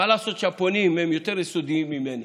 מה לעשות שהפונים יותר יסודיים ממני,